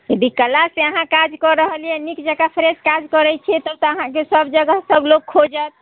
यदि कलासँ अहाँ काज कऽ रहलियै नीक जकाँ फ्रेश काज करै छियै तब तऽ अहाँके सभ जगह सभ लोक खोजत